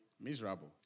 miserable